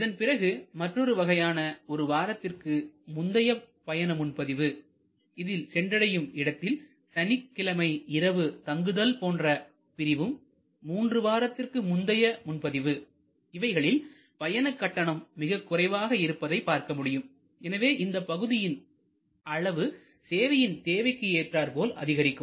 இதன் பிறகு மற்றொரு வகையாக ஒரு வாரத்திற்கு முந்தைய பயண முன்பதிவு இதில் சென்றடையும் இடத்தில் சனிக்கிழமை இரவு தங்குதல் போன்ற பிரிவும் மூன்று வாரத்திற்கு முந்தைய முன்பதிவு இவைகளில் பயண கட்டணம் மிக குறைவாக இருப்பதை பார்க்க முடியும் எனவே இந்தப் பகுதியின் அளவு சேவையின் தேவைக்கு ஏற்றார் போல் அதிகரிக்கும்